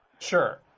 Sure